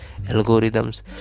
algorithms